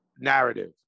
narrative